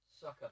Sucker